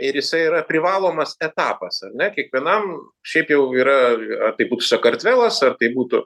ir jisai yra privalomas etapas ar ne kiekvienam šiaip jau yra ar tai būtų sakartvelas ar tai būtų